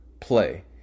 play